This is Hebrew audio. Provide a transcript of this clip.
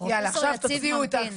פרופ' יציב ממתין.